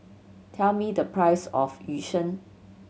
tell me the price of Yu Sheng